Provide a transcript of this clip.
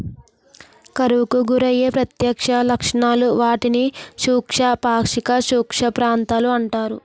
కరువుకు గురయ్యే ప్రత్యక్ష లక్షణాలు, వాటిని శుష్క, పాక్షిక శుష్క ప్రాంతాలు అంటారు